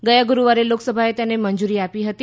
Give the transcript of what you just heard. ગયા ગુરુવારે લોકસભાએ તેને મંજૂરી આપી હતી